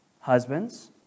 Husbands